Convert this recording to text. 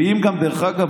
דרך אגב,